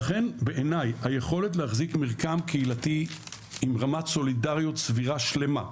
ולכן בעיני היכולת להחזיק מרקם קהילתי עם רמת סולידריות סבירה שלמה,